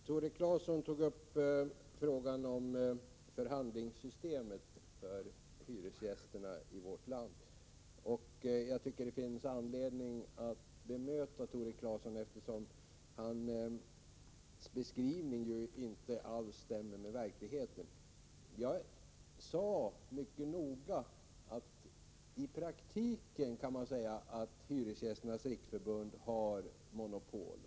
Herr talman! Tore Claeson tog upp frågan om förhandlingssystemet för hyresgästerna i vårt land. Jag tycker det finns anledning att bemöta Tore Claeson, eftersom hans beskrivning inte alls stämmer med verkligheten. Jag sade att man i praktiken — och jag betonade just det mycket noga — kan säga att Hyresgästernas riksförbund har monopol.